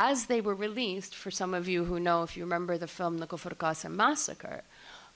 and as they were released for some of you who know if you remember the film local for the casa massacre